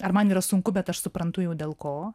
ar man yra sunku bet aš suprantu jau dėl ko